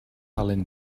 alun